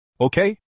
Okay